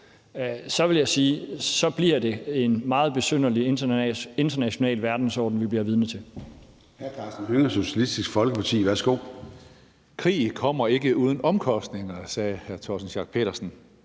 Så vil jeg sige, at det bliver en meget besynderlig international verdensorden, vi bliver vidne til.